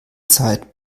zeit